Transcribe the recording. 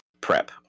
prep